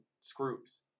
screws